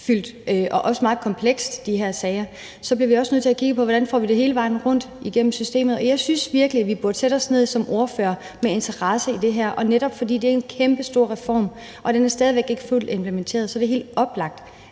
og også meget komplekse, bliver vi nødt til at kigge på, hvordan vi får det hele vejen rundt gennem systemet. Jeg synes virkelig, at vi burde sætte os ned som ordførere med interesse for det her og tage diskussionen, for det er netop en kæmpestor reform, og den er stadig væk ikke fuldt implementeret. Så det er helt oplagt,